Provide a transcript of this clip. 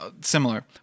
similar